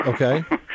Okay